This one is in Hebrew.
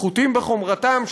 פחותים בחומרתם,